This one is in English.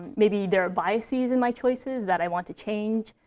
maybe there are biases in my choices that i want to change.